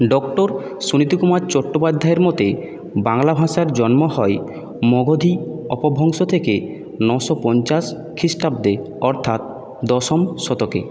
doctor Sunitikumar চট্টোপাধ্যায়ের মতে বাংলা ভাষার জন্ম হয় মগধী অপভ্রংশ থেকে নশো পঞ্চাশ খিষ্টাব্দে অর্থাৎ দশম শতকে